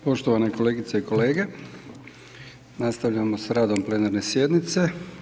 Poštovane kolegice i kolege, nastavljamo s radom plenarne sjednice.